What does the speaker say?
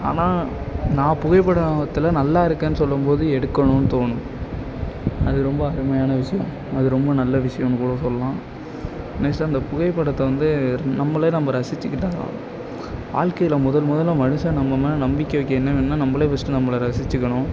ஆனால் நான் புகைப்படத்தில் நல்லா இருக்கேன்னு சொல்லும் போது எடுக்கணும்னு தோணும் அது ரொம்ப அருமையான விஷயம் அது ரொம்ப நல்ல விஷயம்னு கூட சொல்லலாம் நெக்ஸ்ட்டு அந்த புகைப்படத்தை வந்து நம்மளே நம்ம ரசித்துக்கிட்டா தான் வாழ்க்கையில் முதல் முதலாக மனுஷன் நம்ம மேலே நம்பிக்கை வைக்க என்ன வேணும்னா நம்மளே ஃபஸ்ட்டு நம்மள ரசிச்சுக்கணும்